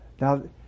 Now